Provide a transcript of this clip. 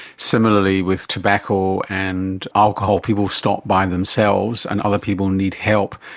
similarly with tobacco and alcohol, people stop by themselves and other people need help.